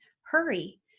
Hurry